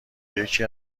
یکی